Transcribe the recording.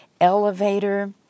elevator